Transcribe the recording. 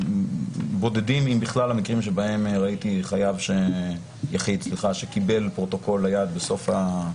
בודדים אם בכלל המקרים בהם ראיתי יחיד שקיבל פרוטוקול ליד בסוף.